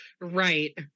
Right